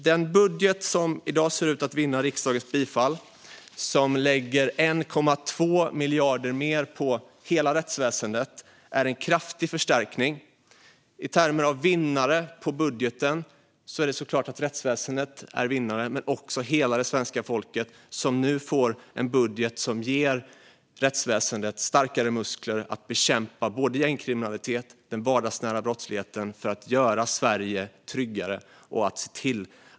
Den budget som i dag ser ut att vinna riksdagens bifall, som lägger 1,2 miljarder mer på hela rättsväsendet, är en kraftig förstärkning. I termer av vinnare i budgeten är såklart rättsväsendet vinnaren. Men det gäller också hela svenska folket, som nu får en budget som ger rättsväsendet starkare muskler att bekämpa gängkriminalitet och den vardagsnära brottsligheten så att Sverige blir tryggare.